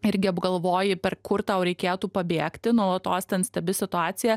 irgi apgalvoji per kur tau reikėtų pabėgti nuo tos ten stebi situaciją